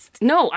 No